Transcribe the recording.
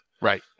Right